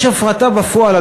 יש הפרטה בפועל,